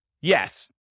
Yes